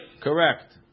Correct